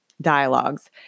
dialogues